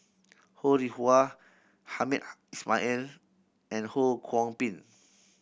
Ho Rih Hwa Hamed Ismail and Ho Kwon Ping